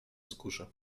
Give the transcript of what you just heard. wzgórze